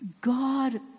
God